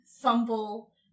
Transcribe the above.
fumble